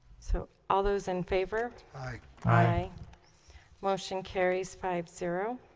so all those in favor aye motion carries five zero